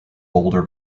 boulder